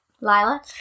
Lila